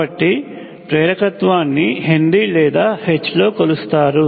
కాబట్టి ప్రేరకత్వాన్ని హెన్రీ లేదా H లో కొలుస్తారు